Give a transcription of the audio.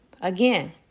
again